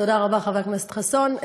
תודה רבה, חבר הכנסת חסון.